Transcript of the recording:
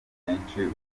umukinnyi